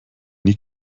die